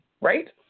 Right